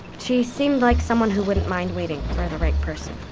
she seemed like someone who wouldn't mind waiting for the right person